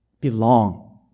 belong